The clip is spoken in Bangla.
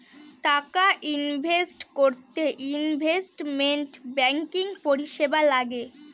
টাকা ইনভেস্ট করতে ইনভেস্টমেন্ট ব্যাঙ্কিং পরিষেবা লাগে